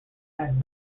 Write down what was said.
had